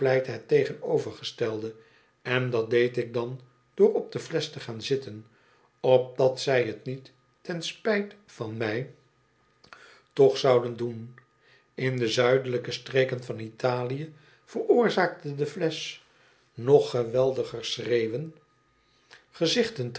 tegenovergestelde en dat deed ik dan door op de flesch te gaan zitten opdat zij t niet ten spijt van mij toch zouden doen in de zuidelijke streken van italië veroorzaakte de flesch nog geweldiger schreeuwen